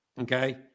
okay